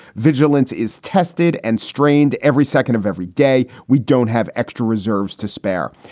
vigilance is tested and strained every second of every day. we don't have extra reserves to spare.